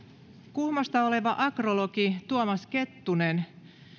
kuhmosta oleva agrologi tuomas kettunen